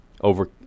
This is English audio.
over